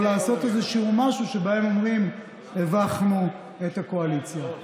או לעשות איזשהו משהו שבו הם אומרים: הבכנו את הקואליציה.